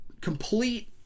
complete